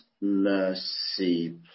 mercy